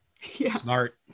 Smart